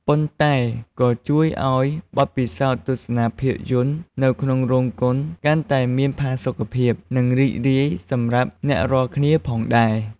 ប៉ុន្តែក៏ជួយឲ្យបទពិសោធន៍ទស្សនាភាពយន្តនៅក្នុងរោងកុនកាន់តែមានផាសុកភាព និងរីករាយសម្រាប់អ្នករាល់គ្នាផងដែរ។